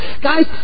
Guys